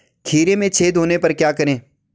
खीरे में छेद होने पर क्या करें?